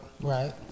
Right